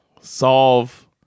Solve